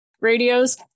radios